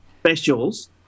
specials